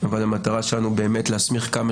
אבל המטרה שלנו היא באמת להסמיך כמה